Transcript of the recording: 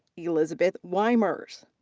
elizabeth wiemers.